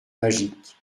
magique